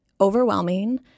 overwhelming